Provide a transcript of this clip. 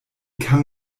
kann